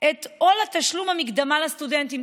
את או עול תשלום המקדמה לסטודנטים,